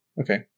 okay